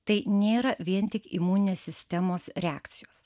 tai nėra vien tik imuninės sistemos reakcijos